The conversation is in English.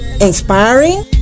inspiring